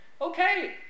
okay